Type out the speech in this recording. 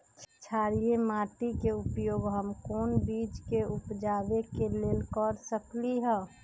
क्षारिये माटी के उपयोग हम कोन बीज के उपजाबे के लेल कर सकली ह?